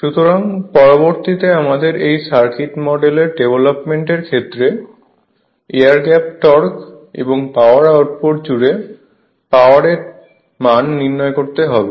সুতরাং পরবর্তীতে আমাদের এই সার্কিট মডেলের ডেভেলপমেন্ট এর ক্ষেত্রে এয়ার গ্যাপ টর্ক এবং পাওয়ার আউটপুট জুড়ে পাওয়ার এর মান নির্ণয় করতে হবে